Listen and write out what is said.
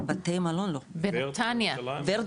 בתי מלון, לא.